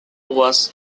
was